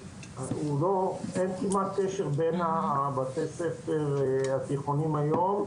אין כמעט קשר בין הבתי ספר התיכוניים היום,